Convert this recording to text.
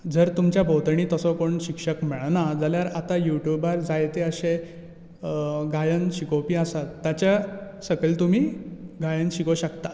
जर तुमच्या भोंवतणी तसो कोण शिक्षक मेळना जाल्यार आतां युट्युबार जायते अशें गायन शिकोवपी आसात ताच्या सकयल तुमीं गायन शिकूंक शकतात